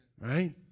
right